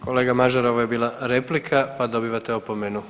Kolega Mažar, ovo je bila replika, pa dobivate opomenu.